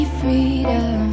freedom